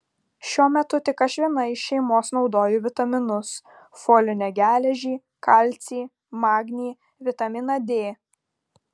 šiuo metu tik aš viena iš šeimos naudoju vitaminus folinę geležį kalcį magnį vitaminą d